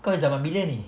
kau zaman bila ni